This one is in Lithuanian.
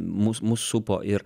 mus mus supo ir